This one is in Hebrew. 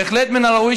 בהחלט מן הראוי,